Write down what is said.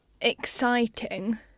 exciting